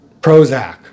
Prozac